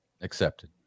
Accepted